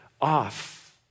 off